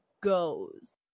goes